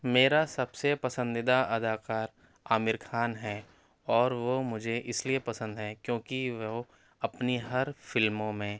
میرا سب سے پسندیدہ اداکار عامر خان ہے اور وہ مجھے اِس لیے پسند ہے کیوں کہ وہ اپنی ہر فلموں میں